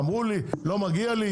אמרו לא מגיע לי?